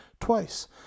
twice